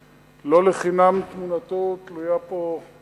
לא לחינם תמונתו תלויה פה באולם,